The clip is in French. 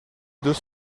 deux